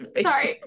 sorry